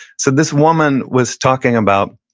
so this woman was talking about,